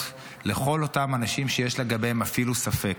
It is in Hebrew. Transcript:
לכל אותם אנשים שיש לגביהם אפילו ספק.